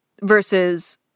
versus